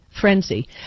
frenzy